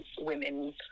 women